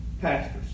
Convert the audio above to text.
pastors